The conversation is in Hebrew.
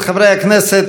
חברי הכנסת,